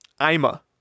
Ima